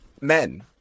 men